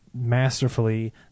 masterfully